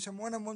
יש המון סוגים.